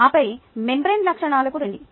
ఆపై మెంబ్రేన్ లక్షణాలకు రండి